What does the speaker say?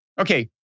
Okay